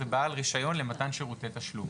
זה בעל רישיון למתן שירותי תשלום.